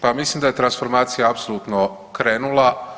Pa mislim da je transformacija apsolutno krenula.